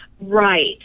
Right